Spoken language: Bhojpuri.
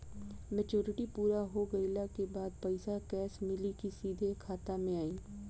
मेचूरिटि पूरा हो गइला के बाद पईसा कैश मिली की सीधे खाता में आई?